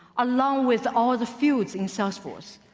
along with all the fields in salesforce.